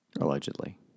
Allegedly